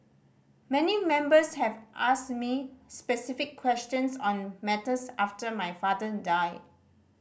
many members have asked me specific questions on matters after my father died